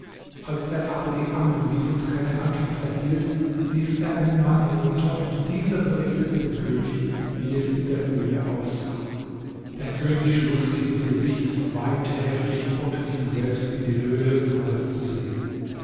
als er aber die amme rief und keine antwort erhielt ließ er einen mann hinunter und dieser berichtete dem könig wie es in der höhle aussah der könig schlug sich ins gesicht weinte heftig und ging selbst in die höhle um alles zu sehen